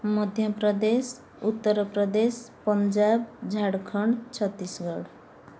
Madhya Pradesh Uttar Pradesh Punjab Jharkhand Chhattisgarh